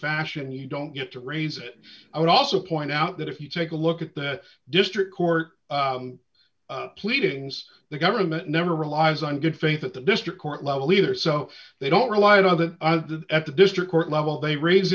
fashion you don't get to raise it i would also point out that if you take a look at that district court pleadings the government never relies on good faith at the district court level either so they don't rely on the edge to destroy court level they raise